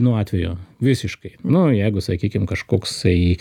nuo atvejo visiškai nu jeigu sakykim kažkoksai